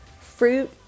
Fruit